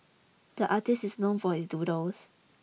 the artist is known for his doodles